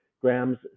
grams